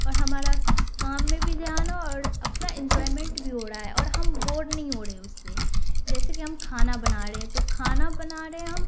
اور ہمارا کام میں بھی دھیان ہو اور اپنا انجوائمنٹ بھی ہو رہا ہے اور ہم بور نہیں ہو رہے اس سے جیسے کہ ہم کھانا بنا رہے ہیں تو کھانا بنا رہے ہیں ہم